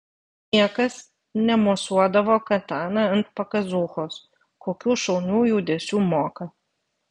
niekas nemosuodavo katana ant pakazūchos kokių šaunių judesių moka